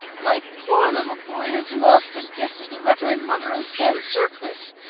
my poor little boy has lost the gift of the reverend mother of san surplice!